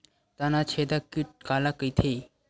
तनाछेदक कीट काला कइथे?